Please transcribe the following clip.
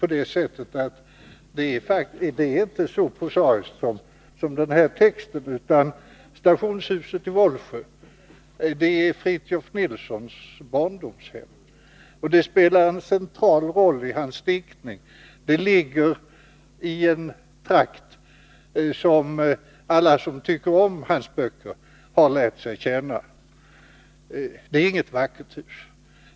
Men det är faktiskt inte så illa som texten kan antyda. Stationshuset i Vollsjö är författaren Fritiof Nilssons barndomshem. Det spelar en central roll i hans diktning. Det ligger i en trakt som alla som tycker om hans böcker har lärt känna. Det är inget vackert hus.